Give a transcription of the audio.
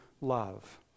love